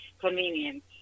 convenient